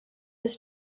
was